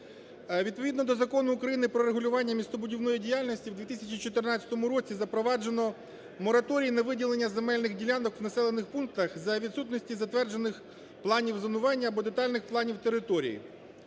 Відповідно до Закону України "Про регулювання містобудівної діяльності" в 2014 році запроваджено мораторій на виділення земельних ділянок в населених пунктах за відсутності затверджених планів зонування або детальних планів території.